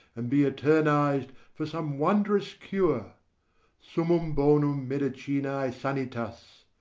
and be eterniz'd for some wondrous cure summum bonum medicinae sanitas,